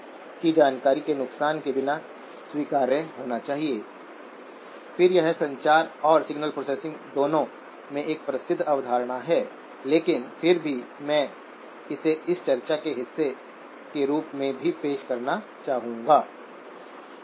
drain को gate के सापेक्ष में पर्याप्त रूप से बाइअस करना चाहिए ताकि यह ट्राइओड रीजन से बहुत दूर हो ताकि आपको बहुत बड़ी स्विंग लिमिट मिल सके